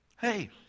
Hey